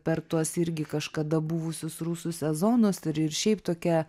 per tuos irgi kažkada buvusius rusų sezonus ir ir šiaip tokia